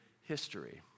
history